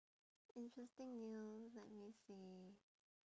interesting news let me see